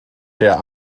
der